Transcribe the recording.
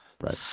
Right